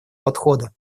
подхода